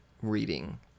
reading